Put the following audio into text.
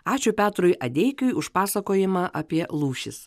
ačiū petrui adeikiui už pasakojimą apie lūšis